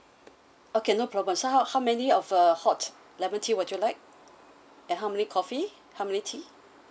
okay no problem so how how many of uh hot lemon tea would you like and how many coffee how many tea